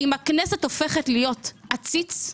אם הכנסת הופכת להיות עציץ,